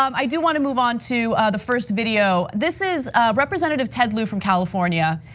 um i do wanna move on to the first video. this is representative ted lieu from california,